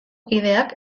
kideak